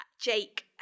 Jake